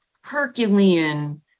Herculean